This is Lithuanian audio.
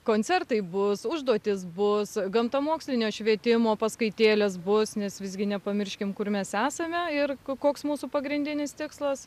koncertai bus užduotys bus gamtamokslinio švietimo paskaitėlės bus nes visgi nepamirškim kur mes esame ir koks mūsų pagrindinis tikslas